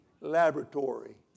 laboratory